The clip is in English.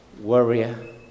warrior